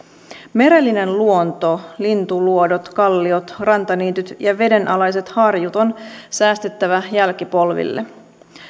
merellinen luonto lintuluodot kalliot rantaniityt ja vedenalaiset harjut on säästettävä jälkipolville